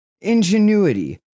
ingenuity